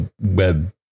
web